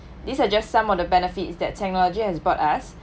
these are just some of the benefits that technology has brought us